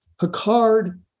Picard